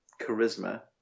charisma